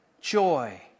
joy